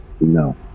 No